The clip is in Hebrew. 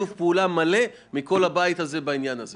קיצוץ של 75% בעלייה של 4% זה לא הגיוני.